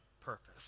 purpose